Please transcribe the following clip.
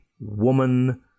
woman